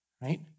right